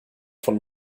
von